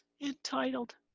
entitled